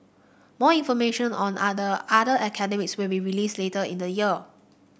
more information on the other other academies will be released later in the year